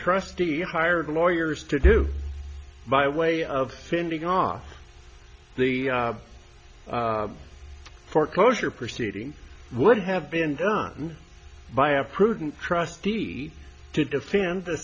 trustee hired lawyers to do by way of fending off the foreclosure proceedings would have been done by a prudent trustee to defend the